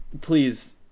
please